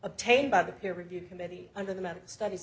obtained by the peer review committee under the medical studies